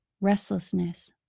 Restlessness